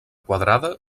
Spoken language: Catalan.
quadrada